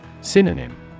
Synonym